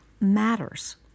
matters